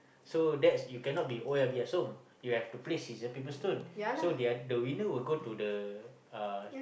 so that's you cannot be oh-yah-peh-yah-som you have to play scissor paper stone so their the winner will go to the uh